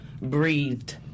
breathed